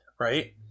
right